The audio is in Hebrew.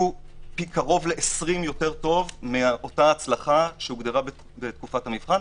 פי קרוב לעשרים יותר טוב מאותה הצלחה שהוגדרה בתקופת המבחן,